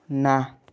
ନା